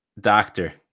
Doctor